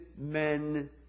men